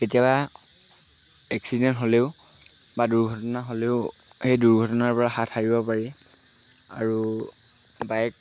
কেতিয়াবা এক্সিডেণ্ট হ'লেও বা দুৰ্ঘটনা হ'লেও সেই দুৰ্ঘটনাৰপৰা হাত সাৰিব পাৰি আৰু বাইক